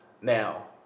Now